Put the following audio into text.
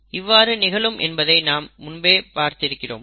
இவ்வாறு நிகழும் என்பதை நாம் முன்பே பார்த்திருக்கிறோம்